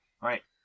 right